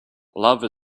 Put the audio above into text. love